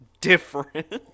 different